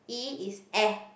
E is air